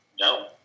No